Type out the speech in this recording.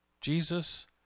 Jesus